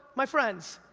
my friends,